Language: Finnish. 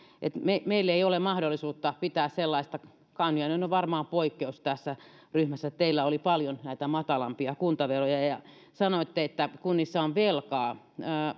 että meillä ei ole mahdollisuutta pitää sellaista kauniainen on varmaan poikkeus tässä ryhmässä ja teillä oli paljon näitä matalampia kuntaveroja ja ja sanoitte että kunnissa on velkaa